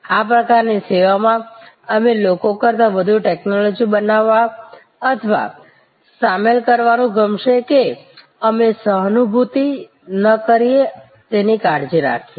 આ પ્રકારની સેવામાં અમે લોકો કરતાં વધુ ટેક્નૉલૉજી બનાવવા અથવા સામેલ કરવાનું ગમશે કે અમે સહાનુભૂતિ ન કરીએ તેની કાળજી રાખીએ